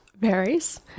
varies